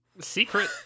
Secret